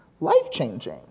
life-changing